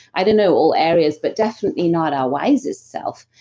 i don't know, all areas, but definitely not our wisest self.